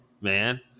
man